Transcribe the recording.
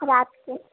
राति के